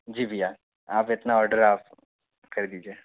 जी भैया आप इतना ऑर्डर आप कर दीजिए